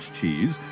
cheese